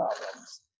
problems